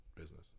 business